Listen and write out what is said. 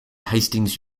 hastings